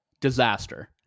disaster